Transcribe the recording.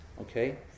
okay